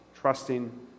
trusting